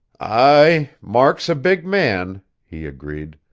aye, mark's a big man, he agreed.